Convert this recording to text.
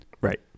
Right